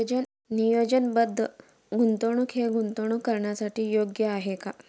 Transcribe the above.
नियोजनबद्ध गुंतवणूक हे गुंतवणूक करण्यासाठी योग्य आहे का?